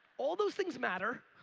all those things matter.